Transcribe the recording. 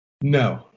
No